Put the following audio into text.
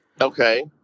Okay